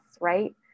right